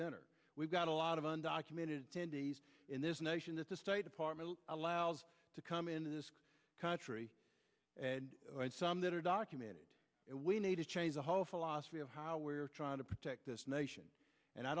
dinner we've got a lot of undocumented attendees in this nation that the state department allows to come into this country and some that are documented we need to change the whole philosophy of how we're trying to protect this nation and i